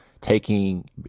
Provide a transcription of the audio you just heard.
Taking